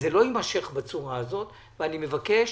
זה לא יימשך בצורה הזאת, ואני מבקש